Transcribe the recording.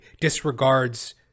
disregards